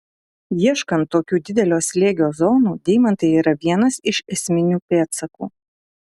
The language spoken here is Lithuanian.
ieškant tokių didelio slėgio zonų deimantai yra vienas iš esminių pėdsakų